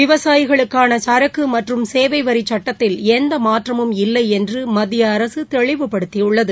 விவசாயிகளுக்கான சரக்கு மற்றும் சேவை வரி சட்டத்தில் எந்த மாற்றமும் இல்லை என்று மத்திய அரசு தெளிவுபடுத்தியுள்ளது